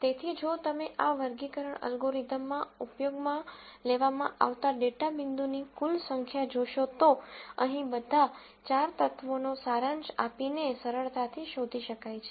તેથી જો તમે આ વર્ગીકરણ અલ્ગોરિધમમાં ઉપયોગમાં લેવામાં આવતા ડેટા બિંદુની કુલ સંખ્યા જોશો તો અહીં બધા ચાર તત્વોનો સારાંશ આપીને સરળતાથી શોધી શકાય છે